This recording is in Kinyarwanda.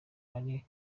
ari